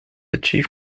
achieve